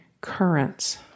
currents